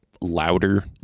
Louder